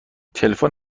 تلفن